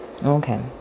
Okay